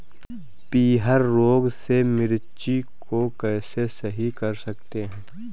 पीहर रोग से मिर्ची को कैसे सही कर सकते हैं?